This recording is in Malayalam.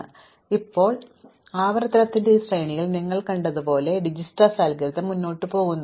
അതിനാൽ ഇപ്പോൾ ആവർത്തനത്തിന്റെ ഒരു ശ്രേണിയിൽ നിങ്ങൾ കണ്ടതുപോലെ ഡിജക്സ്ട്രാ അൽഗോരിതം മുന്നോട്ട് പോകുന്നു